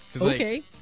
Okay